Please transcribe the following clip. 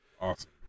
awesome